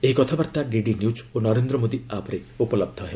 ଏହି କଥାବାର୍ତ୍ତା DD news ଓ ନରେନ୍ଦ୍ର ମୋଦି ଆପ୍ରେ ଉପଲବ୍ଧ ହେବ